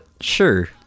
sure